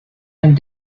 and